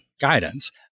guidance